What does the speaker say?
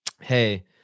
Hey